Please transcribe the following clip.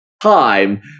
time